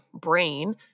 brain